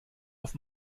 auf